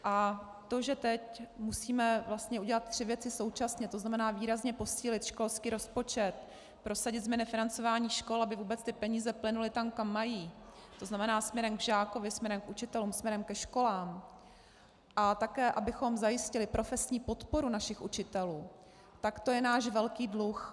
A to, že teď musíme vlastně udělat tři věci současně, tzn. výrazně posílit školský rozpočet, prosadit změny financování škol, aby vůbec ty peníze plynuly tam, kam mají, tzn. směrem k žákovi, směrem k učitelům, směrem ke školám, a také abychom zajistili profesní podporu našich učitelů, tak to je náš velký dluh.